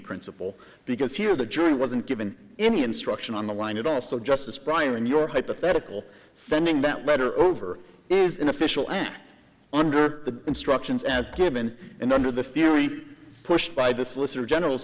principle because here the jury wasn't given any instruction on the line at all so just as prior in your hypothetical sending that letter over is an official act under the instructions as given and under the theory pushed by the solicitor general